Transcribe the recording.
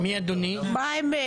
הצבעה בעד,